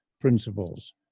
principles